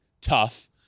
tough